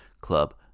Club